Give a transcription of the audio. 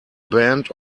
band